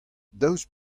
daoust